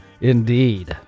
Indeed